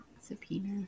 Subpoena